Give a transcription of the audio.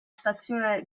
stazione